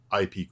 IP